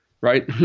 right